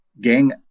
gang